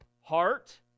heart